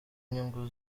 inyungu